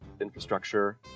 infrastructure